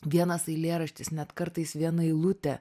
vienas eilėraštis net kartais viena eilutė